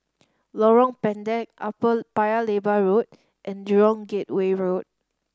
Lorong Pendek Upper Paya Lebar Road and Jurong Gateway Road